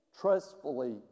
trustfully